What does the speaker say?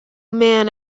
man